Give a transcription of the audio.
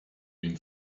been